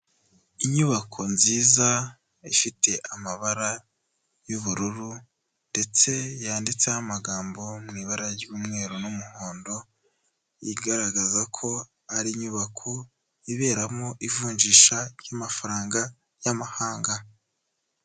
Inyubako nziza ifite amabara y'ubururu ndetse yanditseho amagambo mu ibara ry'umweru n'umuhondo, igaragaza ko ari inyubako iberamo ivunjisha ry'amafaranga y'amahanga.